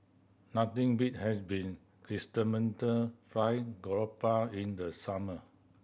nothing beat has been Chrysanthemum Fried Garoupa in the summer